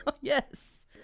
Yes